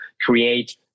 create